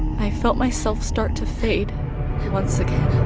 i felt myself start to fade once again,